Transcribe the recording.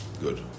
Good